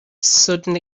sudden